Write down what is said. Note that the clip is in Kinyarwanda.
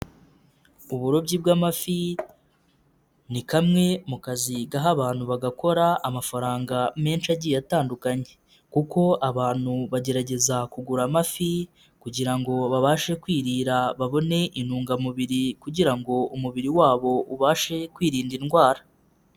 Uburobyi bw'amafi ni kamwe mu kazi gaha abantu bagakora amafaranga menshi agiye atandukanye kuko abantu bagerageza kugura amafi kugira ngo babashe kwirira babone intungamubiri kugira ngo umubiri wabo ubashe kwirinda indwara.